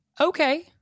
Okay